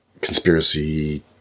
conspiracy